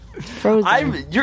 Frozen